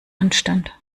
anstand